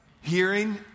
Hearing